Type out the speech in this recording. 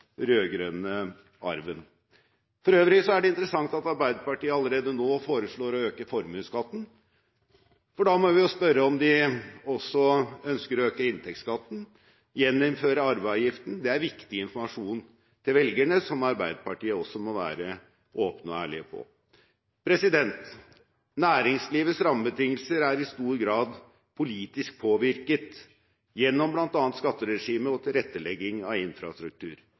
arven. For øvrig er det interessant at Arbeiderpartiet allerede nå foreslår å øke formuesskatten, for da må vi jo spørre om de også ønsker å øke inntektsskatten og gjeninnføre arveavgiften. Det er viktig informasjon til velgerne som Arbeiderpartiet også må være åpne og ærlige på. Næringslivets rammebetingelser er i stor grad politisk påvirket gjennom bl.a. skatteregimet og tilrettelegging av infrastruktur,